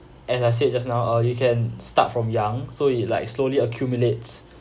and I said just now or you can start from young so it like slowly accumulates